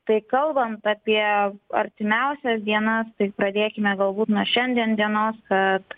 tai kalbant apie artimiausias dienas tai pradėkime galbūt nuo šiandien dienos kad